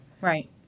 right